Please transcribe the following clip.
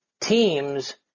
teams